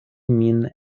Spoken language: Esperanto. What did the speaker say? min